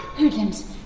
hoodlums!